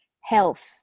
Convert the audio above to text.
health